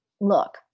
look